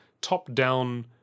top-down